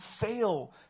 fail